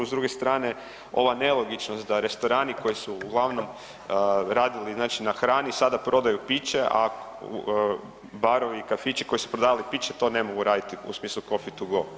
S druge strane, ova nelogičnost da restorani koji su uglavnom radili znači na hrani sada prodaju pića a barovi i kafići koji su prodavali pića, to ne mogu raditi u smislu coffee to go.